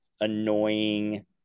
annoying